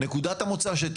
המשטובה כבר הגיעה ליו"ש.